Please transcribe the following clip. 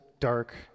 dark